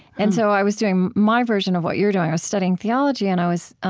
and so i was doing my version of what you're doing. i was studying theology. and i was